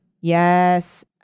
Yes